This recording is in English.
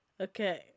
Okay